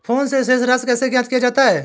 Phone से शेष राशि कैसे ज्ञात किया जाता है?